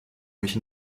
mich